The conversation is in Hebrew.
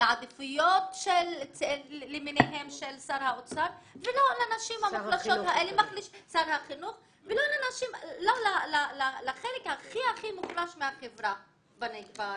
לעדיפויות למיניהן של שר החינוך ולא לחלק הכי מוחלש בחברה בנגב.